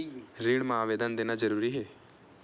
ऋण मा आवेदन देना जरूरी हे?